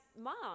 Mom